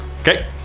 Okay